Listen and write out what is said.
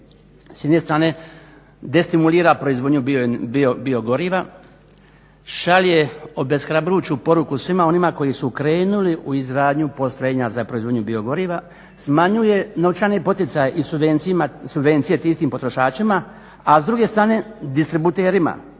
s jedne strane destimulira proizvodnju biogoriva, šalje obeshrabrujuću poruku svima onima koji su krenuli u izgradnju postrojenja za proizvodnju biogoriva, smanjuje novčane poticaje i subvencije tim istim potrošačima, a s druge strane distributerima